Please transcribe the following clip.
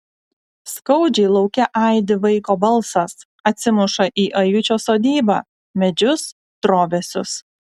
skaudžiai lauke aidi vaiko balsas atsimuša į ajučio sodybą medžius trobesius